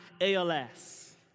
ALS